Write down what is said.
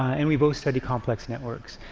and we both study complex networks.